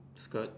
skirt